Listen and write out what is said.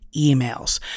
emails